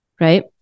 right